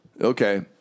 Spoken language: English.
Okay